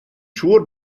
siŵr